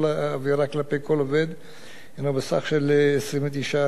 הינו בסך של 29,200 ש"ח.